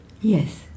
Yes